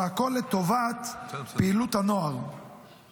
והכל לטובת בני הנוער הפעילים.